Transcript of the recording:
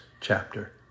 chapter